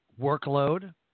workload